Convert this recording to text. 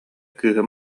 кыыһым